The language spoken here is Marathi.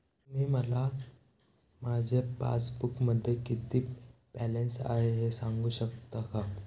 तुम्ही मला माझ्या पासबूकमध्ये किती बॅलन्स आहे हे सांगू शकता का?